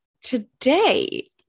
today